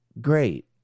great